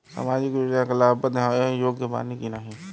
सामाजिक योजना क लाभ बदे योग्य बानी की नाही?